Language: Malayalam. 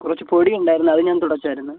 കുറച്ച് പൊടിയുണ്ടായിരുന്ന് അത് ഞാൻ തുടച്ചായിരുന്ന്